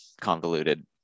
convoluted